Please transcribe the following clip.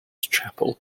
chapel